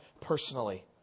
personally